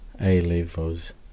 A-levels